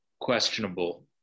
questionable